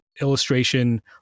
illustration